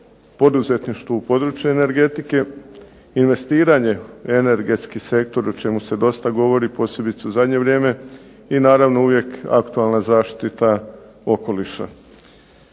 poduzetništvu u području energetike, investiranje u energetski sektor o čemu se dosta govori posebice u zadnje vrijeme, i naravno uvijek aktualna zaštita okoliša.